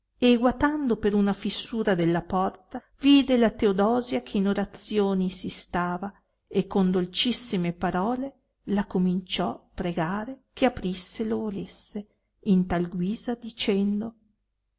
e guatando per una fìssura della porta vide la teodosia che in orazioni si stava e con dolcissime parole la cominciò pregare che aprire lo volesse in tal guisa dicendo